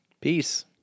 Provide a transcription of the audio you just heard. Peace